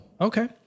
Okay